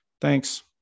Thanks